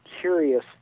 curious